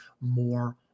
more